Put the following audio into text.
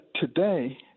today